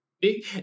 big